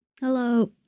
hello